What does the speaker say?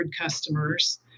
customers